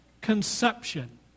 conception